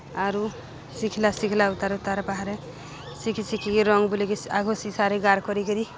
ଆରୁ ଶିଖିଲା ଶିଖିଲା ଉତାରୁ ତାର୍ ବାହାରେ ଶିଖି ଶିଖିକି ରଙ୍ଗ୍ ବୁଲେଇକି ଆଗ ସିସାରେ ଗାର୍ କରିକିରି